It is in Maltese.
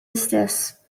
istess